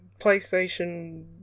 PlayStation